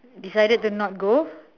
decided to not go